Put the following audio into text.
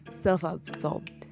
self-absorbed